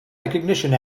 recognition